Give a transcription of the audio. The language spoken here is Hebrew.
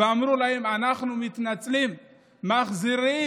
ואמרו להם: אנחנו מתנצלים, מחזירים,